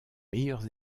meilleures